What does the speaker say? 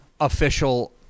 official